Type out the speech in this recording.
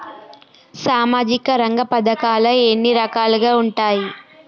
సామాజిక రంగ పథకాలు ఎన్ని రకాలుగా ఉంటాయి?